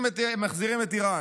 מחזירים את איראן.